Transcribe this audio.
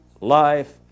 life